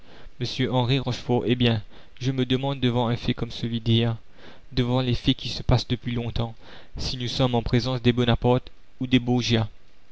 eh bien je me demande devant un fait comme celui d'hier devant les faits qui se passent depuis longtemps si nous sommes en présence des bonaparte ou des